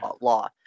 law